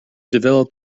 developed